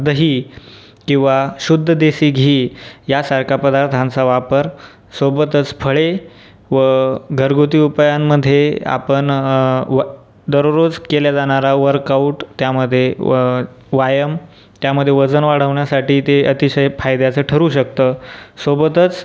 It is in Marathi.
दही किंवा शुद्ध देसी घी यासारखा पदार्थांचा वापर सोबतच फळे व घरगुती उपायांमध्ये आपण व दररोज केला जाणारा वर्कआउट त्यामध्ये व व्यायाम त्यामध्ये वजन वाढवण्यासाठी ते अतिशय फायद्याचं ठरू शकतं सोबतच